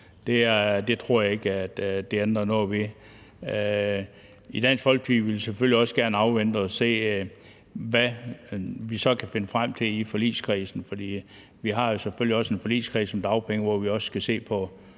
det tror jeg ikke det ændrer noget ved. I Dansk Folkeparti vil vi selvfølgelig også gerne afvente og se, hvad vi så kan finde frem til i forligskredsen, for vi har jo en forligskreds om dagpenge, hvor vi også skal se på